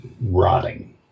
rotting